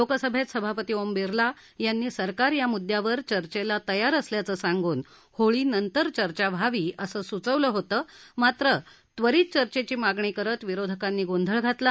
लोकसभेत सभापती ओम बिर्ला यांनी सरकार या मुद्यावर चर्चेला तयार असल्याचं सांगून होळीनंतर चर्चा व्हावी असं सुचवलं होत मात्र त्वरीत चर्चेची मागणी करत विरोधकांनी गोंधळ घातला